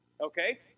Okay